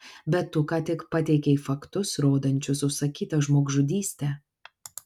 bet tu ką tik pateikei faktus rodančius užsakytą žmogžudystę